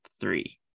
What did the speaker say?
three